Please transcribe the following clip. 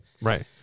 Right